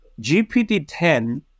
GPT-10